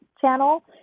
channel